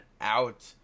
out